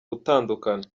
gutandukana